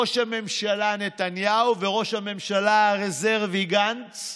ראש הממשלה נתניהו וראש הממשלה הרזרבי גנץ,